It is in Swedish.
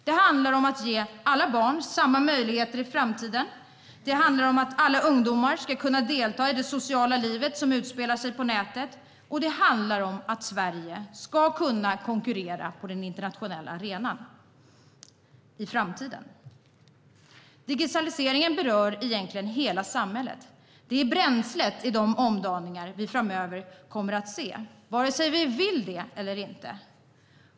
Det handlar om att ge alla barn samma möjligheter i framtiden. Det handlar om att alla ungdomar ska kunna delta i det sociala livet som utspelar sig på nätet, och det handlar om att Sverige ska kunna konkurrera på den internationella arenan i framtiden. Digitaliseringen berör egentligen hela samhället. Den är bränslet i de omdaningar vi framöver kommer att se, vare sig vi vill det eller inte.